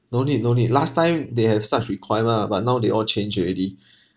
no need no need last time they have such requirement ah but now they all change already